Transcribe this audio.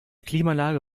klimaanlage